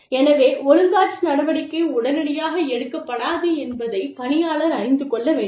எனவே ஒழுக்காற்று நடவடிக்கை உடனடியாக எடுக்கப்படாது என்பதை பணியாளர் அறிந்து கொள்ள வேண்டும்